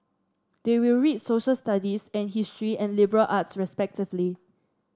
they will read Social Studies and history and liberal arts respectively